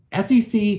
SEC